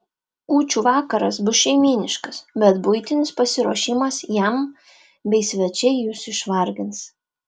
kūčių vakaras bus šeimyniškas bet buitinis pasiruošimas jam bei svečiai jus išvargins